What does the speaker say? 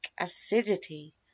acidity